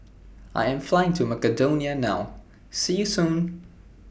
I Am Flying to Macedonia now See YOU Soon